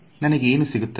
ನನಗೆ ಏನು ಸಿಗುತ್ತೆ